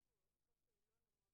לא רק בשלוש שפות,